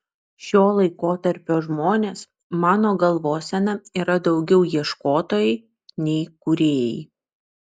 šio laikotarpio žmonės mano galvosena yra daugiau ieškotojai nei kūrėjai